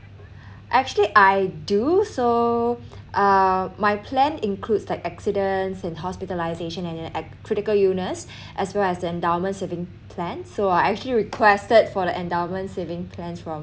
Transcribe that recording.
actually I do so uh my plan includes like accidents and hospitalization and critical illness as well as endowment saving plan so I actually requested for the endowment saving plans from